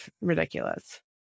ridiculous